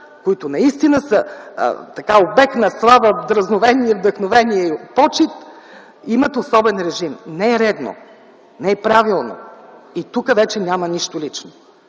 които наистина са обект на слава, дръзновение, вдъхновение и почит, имат особен режим. Не е редно, не е правилно и тук вече няма нищо лично.